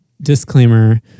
disclaimer